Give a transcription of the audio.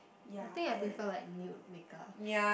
I think I prefer like nude makeup